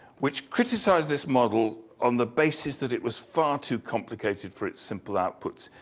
which criticizes this model on the basis that it was far to complicated for it's simple output.